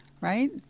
right